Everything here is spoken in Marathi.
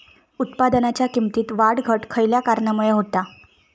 उत्पादनाच्या किमतीत वाढ घट खयल्या कारणामुळे होता?